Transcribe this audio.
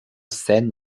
scène